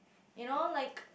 you know like